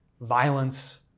violence